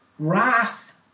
Wrath